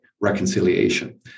reconciliation